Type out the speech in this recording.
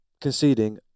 conceding